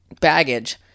baggage